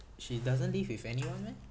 she doesn't live with anyone meh